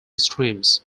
streams